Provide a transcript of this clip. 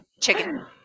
Chicken